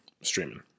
streaming